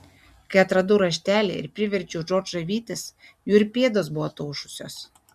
kai atradau raštelį ir priverčiau džordžą vytis jų ir pėdos buvo ataušusios